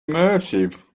immersive